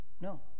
No